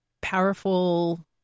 powerful